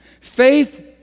Faith